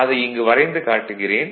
அதை இங்கு வரைந்து காட்டுகிறேன்